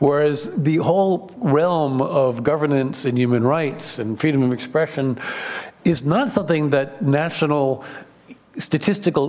whereas the whole realm of governance and human rights and freedom of expression is not something that national statistical